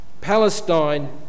Palestine